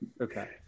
Okay